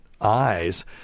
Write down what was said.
eyes